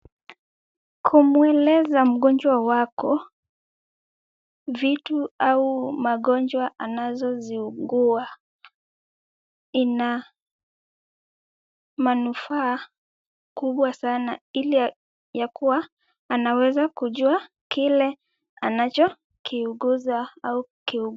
Kumweleza mgonjwa wako, vitu au magojwa anazoziugua, Ina manufaa kubwa sana ili ya kwa kuwa anaweza kujua kile anacho kiuguza anaweza kiuguza.